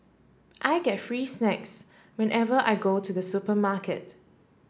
I get free snacks whenever I go to the supermarket